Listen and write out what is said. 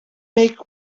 make